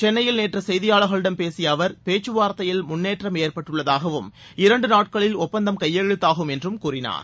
சென்னையில் நேற்று செய்தியாளர்களிடம் பேசிய அவர் பேச்சுவார்த்தையில் முன்னேற்றம் ஏற்பட்டுள்ளதாகவும் இரண்டு நாட்களில் ஒப்பந்தம் கையெழுத்தாகும் என்றும் கூறினார்